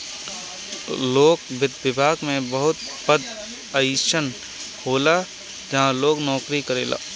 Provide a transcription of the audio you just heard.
लोक वित्त विभाग में बहुत पद अइसन होला जहाँ लोग नोकरी करेला